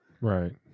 Right